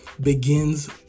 begins